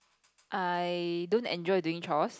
I don't enjoy doing chores